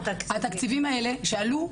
--- התקציבים האלה שעלו,